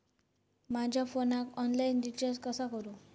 माझ्या फोनाक online recharge कसा करू?